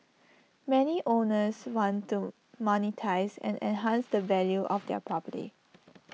many owners want to monetise and enhance the value of their property